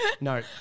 no